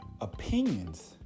opinions